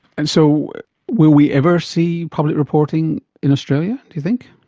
and so will we ever see public reporting in australia, do you think?